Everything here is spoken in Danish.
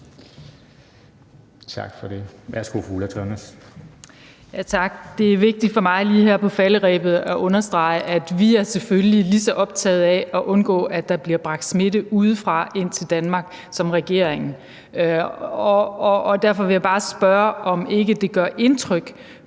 Tørnæs (V): Tak. Det er vigtigt for mig lige her på falderebet at understrege, at vi selvfølgelig er lige så optaget af at undgå, at der bliver bragt smitte udefra og ind til Danmark, som regeringen er, og derfor vil jeg bare spørge, om ikke det gør indtryk